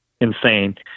insane